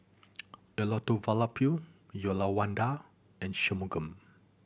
Elattuvalapil Uyyalawada and Shunmugam